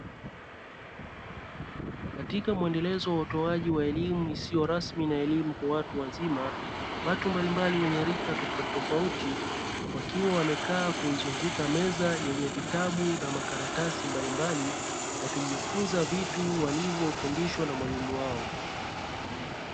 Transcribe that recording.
Katika mwendelezo wa utoaji wa elimu isiyo rasmi na elimu kwa watu wazima, watu mbalimbali wenye rika tofautitofauti wakiwa wamekaa kuizunguka meza yenye vitabu na makaratasi mbalimbali, wakijifunza vitu walivyowafundishwa na mwalimu wao.